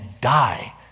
die